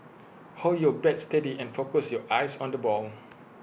hold your bat steady and focus your eyes on the ball